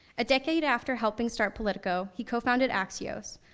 a decade after helping start politico, he co-founded axios,